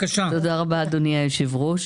אדוני היושב ראש.